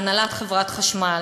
הנהלת חברת החשמל,